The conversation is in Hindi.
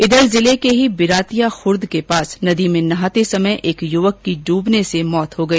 इधर जिले के ही बिरातिया खूर्द के पास नदी में नहाते समय एक युवक की डूबने से मृत्यु हो गई